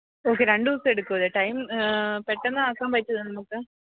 okay രണ്ട് ദിവസം എടുക്കുമല്ലേ ടൈം പെട്ടെന്ന് ആക്കാൻ പറ്റുമോ ഇത് നമുക്ക്